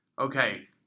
Okay